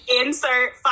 Insert